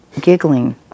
giggling